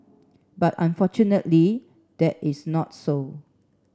but unfortunately that is not so